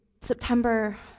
September